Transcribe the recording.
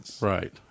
Right